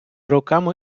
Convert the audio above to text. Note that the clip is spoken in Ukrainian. роками